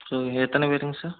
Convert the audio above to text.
ஓ எத்தனை பேருங்க சார்